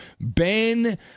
Ben